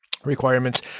requirements